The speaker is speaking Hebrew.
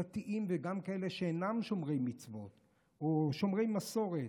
דתיים וגם כאלה שאינם שומרי מצוות או שומרי מסורת,